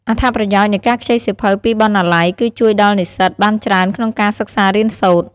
អត្ថប្រយោជន៍នៃការខ្ចីសៀវភៅពីបណ្ណាល័យគឺជួយដល់និស្សិតបានច្រើនក្នុងការសិក្សារៀនសូត្រ។